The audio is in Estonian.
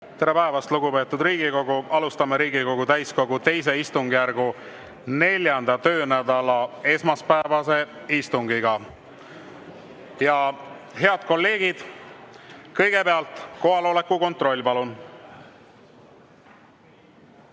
Tere päevast, lugupeetud Riigikogu! Alustame Riigikogu täiskogu II istungjärgu 4. töönädala esmaspäevast istungit. Head kolleegid, kõigepealt kohaloleku kontroll, palun!